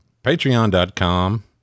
Patreon.com